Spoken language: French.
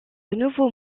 nouveau